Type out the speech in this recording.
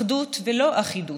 אחדות ולא אחידות,